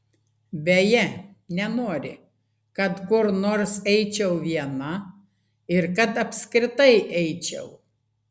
beje nenori kad kur nors eičiau viena ir kad apskritai eičiau